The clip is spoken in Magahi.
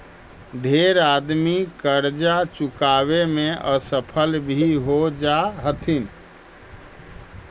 ढेर आदमी करजा चुकाबे में असफल भी हो जा हथिन